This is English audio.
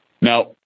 Now